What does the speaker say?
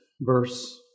verse